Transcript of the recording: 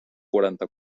quaranta